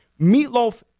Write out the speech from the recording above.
Meatloaf